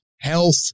health